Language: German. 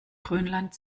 grönland